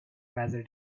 rather